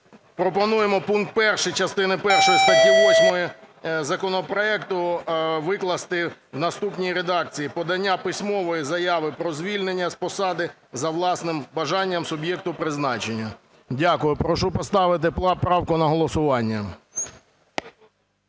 пропонуємо пункт 1 частини першої статті 8 законопроекту викласти в наступній редакції: "подання письмової заяви про звільнення з посади за власним бажанням суб'єкту призначення". Дякую. Прошу поставити правку на голосування.